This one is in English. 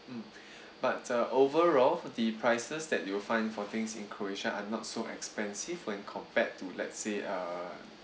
mm but uh overall the prices that you will find for things in croatia are not so expensive when compared to let's say uh